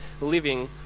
living